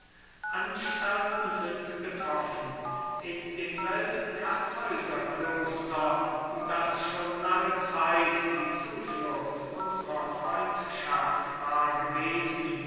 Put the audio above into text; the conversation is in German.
anstalten sind getroffen in demselben kartäuserkloster das schon lange zeit die zuflucht unsrer freundschaft war gewesen